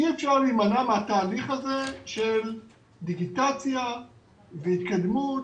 אי אפשר להימנע מהתהליך הזה של דיגיטציה והתקדמות,